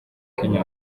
kenya